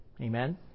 Amen